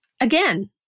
Again